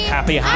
Happy